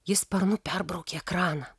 ji sparnu perbraukė ekraną